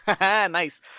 nice